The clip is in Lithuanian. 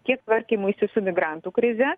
tiek tvarkymuisi su migrantų krize